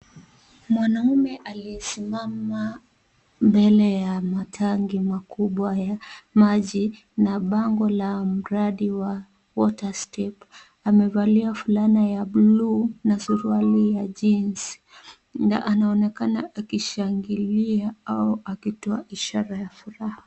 Mwanaume aliyesimama mbele ya matanki makubwa ya maji na bango la mradi wa Water step amevalia fulana ya bluu na suruali ya jeans na anaonekana akishangilia au akitoa ishara ya furaha.